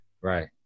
Right